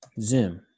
Zoom